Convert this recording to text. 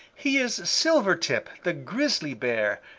he is silvertip the grizzly bear,